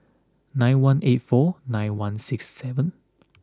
nine one eight four nine one six seven